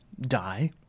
Die